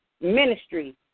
Ministry